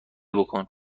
بکن